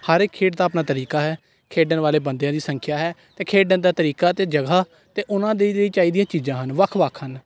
ਹਰ ਇੱਕ ਖੇਡ ਦਾ ਆਪਣਾ ਤਰੀਕਾ ਹੈ ਖੇਡਣ ਵਾਲੇ ਬੰਦਿਆਂ ਦੀ ਸੰਖਿਆ ਹੈ ਅਤੇ ਖੇਡਣ ਦਾ ਤਰੀਕਾ ਅਤੇ ਜਗ੍ਹਾ ਅਤੇ ਉਹਨਾਂ ਦੀ ਜਿਹੜੀ ਚਾਹੀਦੀਆਂ ਚੀਜ਼ਾਂ ਹਨ ਵੱਖ ਵੱਖ ਹਨ